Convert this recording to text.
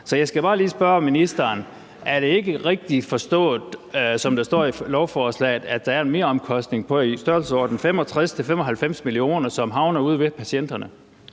Så jeg skal bare lige spørge ministeren: Er det ikke rigtigt forstået, at der står i lovforslaget, at der er en meromkostning på i størrelsesordenen 65-95 mio. kr., som havner ude hos patienterne?